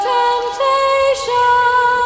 temptation